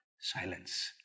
silence